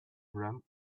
drum